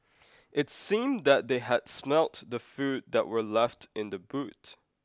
it seemed that they had smelt the food that were left in the boot